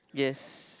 yes